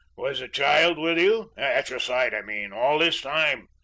was the child with you at your side i mean, all this time?